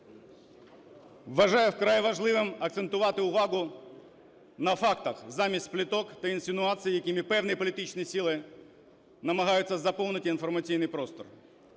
Вважаю вкрай важливим акцентувати увагу на фактах замість пліток та інсинуацій, якими певні політичні сили намагаються заповнити інформаційний простір.